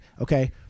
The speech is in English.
Okay